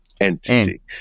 entity